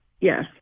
Yes